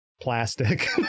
plastic